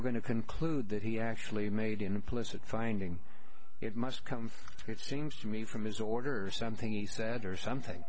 we're going to conclude that he actually made an implicit finding it must come it seems to me from his orders something he said or something